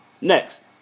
next